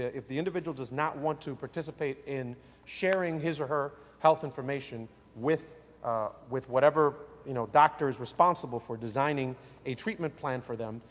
if the individual does not want to participate in sharing his or her health information with with whatever you know doctor is responsible for designing a treatment plan for them,